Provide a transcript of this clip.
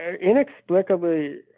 Inexplicably